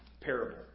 parable